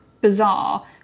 bizarre